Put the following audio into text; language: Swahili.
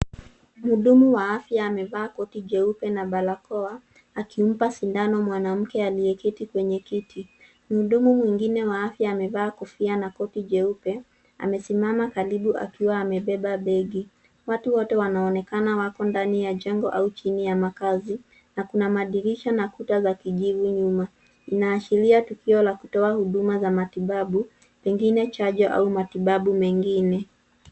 Mhudumu wa afya amevaa koti jeupe na barakoa ,akimpa sindano mwanamke aliyeketi kwenye kiti. Mhudumu mwingine wa afya amevaa kofia na koti jeupe amesimama karibu akiwa amebeba begi. Watu wote wanaonekana wako ndani ya jengo au chini ya makazi na kuna madirisha na kuta za kijivu nyuma. Inaashiria tukio la kutoa huduma za matibabu, pengine chajo au matibabu mengine.